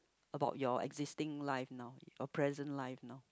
about your existing life now your present life now